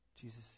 Jesus